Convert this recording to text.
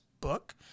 book